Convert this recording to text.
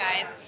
guys